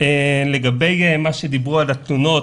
לגבי מה שדיברו על התלונות,